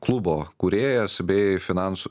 klubo kūrėjas bei finansų